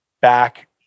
back